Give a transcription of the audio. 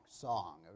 song